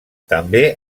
també